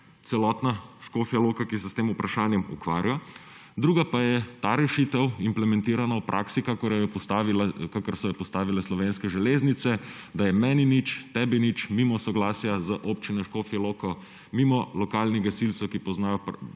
celotna Škofja Loka, ki se s tem vprašanjem ukvarja. Druga pa je ta rešitev implementirana v praksi, kakor so jo postavile Slovenske železnice, da je meni nič, tebi nič mimo soglasja z Občino Škofjo Loko, mimo lokalnih gasilcev, ki poznajo